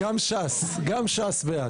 גם ש"ס בעד.